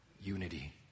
Unity